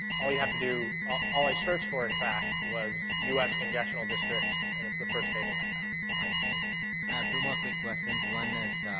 all you have to do ah all i searched for, in fact, was u s. congressional districts, and it's the first table i found. man i see, i see. and i have two more quick questions. one is,